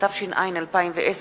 התש"ע 2010,